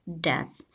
death